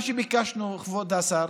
מה שביקשנו, כבוד השר,